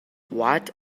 what